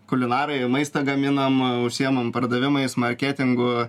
kulinarai maistą gaminam užsiimam pardavimais marketingu